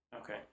Okay